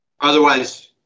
Otherwise